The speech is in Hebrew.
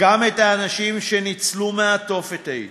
גם את האנשים שניצלו מהתופת ההוא,